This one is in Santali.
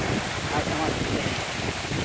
ᱟᱪᱪᱷᱟ ᱢᱟ ᱴᱷᱤᱠ ᱛᱚᱵᱮ